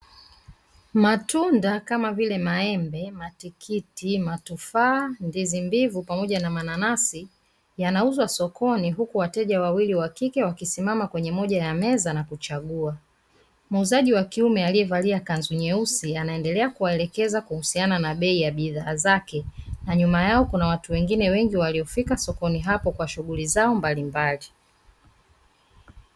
Matunda kama vile: maembe, matikiti, matufaa, ndizi mbivu pamoja na mananasi yanauzwa sokoni huku wateja wawili wakike wakisimama kwenye moja ya meza na kuchagua. Muuzaji wa kiume aliyevalia kanzu nyeusi anaendelea kuwaelekeza kuhusiana na bei ya bidhaa zake na nyuma yao kuna watu wengine waliofika sokoni hapo kwa shughuli zao mbalimbali.